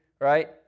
right